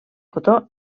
cotó